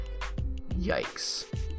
Yikes